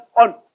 on